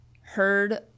heard